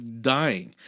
dying